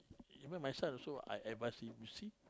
even my side also I ever see you see